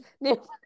No